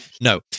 No